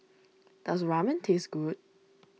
does Ramen taste good